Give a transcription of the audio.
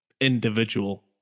individual